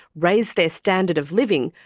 raise their standard of living,